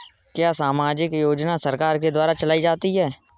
क्या सामाजिक योजना सरकार के द्वारा चलाई जाती है?